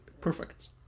perfect